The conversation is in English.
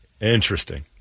Interesting